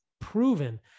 proven